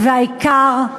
והעיקר,